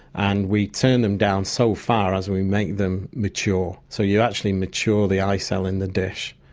and we turn them down so far as we make them mature, so you actually mature the eye cell in the dish,